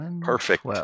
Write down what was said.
Perfect